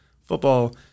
Football